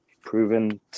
proven